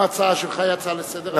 גם ההצעה שלך היא הצעה לסדר-היום?